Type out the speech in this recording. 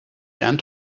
end